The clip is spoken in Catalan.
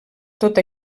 tot